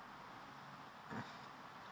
mm